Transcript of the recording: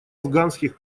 афганских